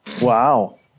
Wow